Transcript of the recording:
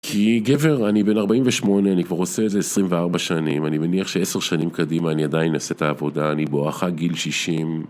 כי גבר אני בן 48, אני כבר עושה את זה 24 שנים, אני מניח שעשר שנים קדימה אני עדיין אעשה את העבודה, אני בואכה גיל 60.